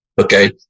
okay